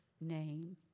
name